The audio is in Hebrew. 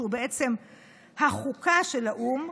שהוא בעצם החוקה של האו"ם,